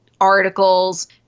articles